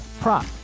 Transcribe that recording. prop